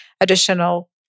additional